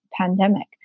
pandemic